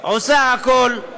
עושה הכול,